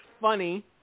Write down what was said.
funny